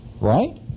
Right